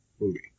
movie